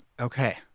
okay